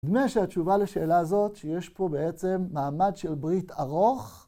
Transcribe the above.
נדמה שהתשובה לשאלה הזאת שיש פה בעצם מעמד של ברית ארוך.